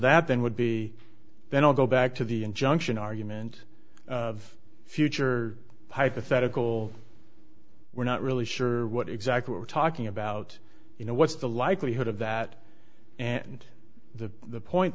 that then would be then i'll go back to the injunction argument of future hypothetical we're not really sure what exactly we're talking about you know what's the likelihood of that and the point